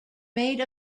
made